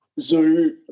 zoo